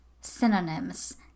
synonyms